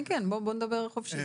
כן, בוא נדבר חופשי.